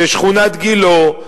ששכונת גילה,